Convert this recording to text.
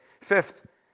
Fifth